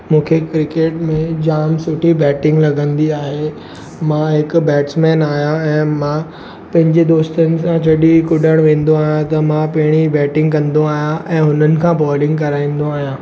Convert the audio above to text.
मूंखे क्रिकेट में जामु सुठी बैटिंग लॻंदी आहे मां हिकु बैट्समैन आहियां ऐं मां पंहिंजे दोस्तनि सां जॾहिं कुॾणु वेंदो आहियां त मां पहिरीं बैटिंग कंदो आहियां ऐं हुननि खां बॉलिंग कराईंदो आहियां